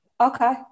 okay